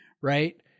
Right